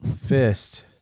fist